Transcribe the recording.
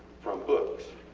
from books,